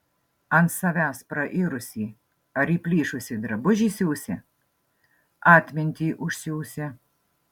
ant savęs prairusį ar įplyšusį drabužį siūsi atmintį užsiūsi